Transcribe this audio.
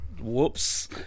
Whoops